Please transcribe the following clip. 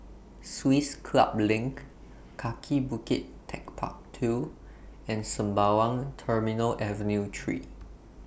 Swiss Club LINK Kaki Bukit Techpark two and Sembawang Terminal Avenue three